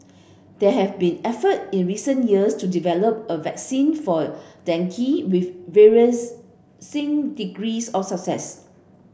there have been effort in recent years to develop a vaccine for dengue with degrees of success